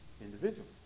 individual